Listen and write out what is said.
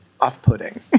off-putting